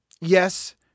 yes